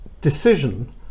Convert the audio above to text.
decision